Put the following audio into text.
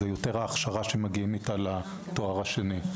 זה יותר ההכשרה שאיתה מגיעים לתואר השני.